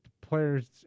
players